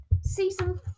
season